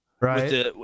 Right